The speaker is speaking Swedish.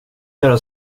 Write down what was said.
göra